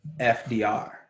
FDR